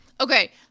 okay